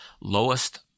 lowest